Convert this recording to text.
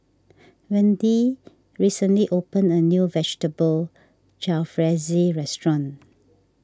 Wendi recently opened a new Vegetable Jalfrezi restaurant